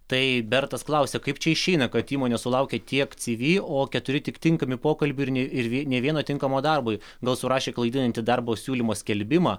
tai bertas klausia kaip čia išeina kad įmonė sulaukė tiek cv o keturi tik tinkami pokalbiui ir vėl nė vieno tinkamo darbui gal surašė klaidinantį darbo siūlymo skelbimą